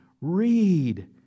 Read